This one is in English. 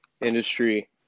industry